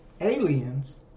Aliens